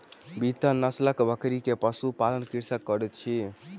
बीतल नस्लक बकरी के पशु पालन कृषक करैत अछि